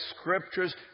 Scriptures